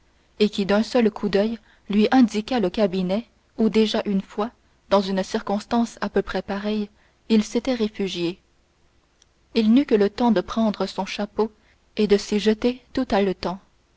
et qui d'un coup d'oeil lui indiqua le cabinet où déjà une fois dans une circonstance à peu près pareille il s'était réfugié il n'eut que le temps de prendre son chapeau et de s'y jeter tout haletant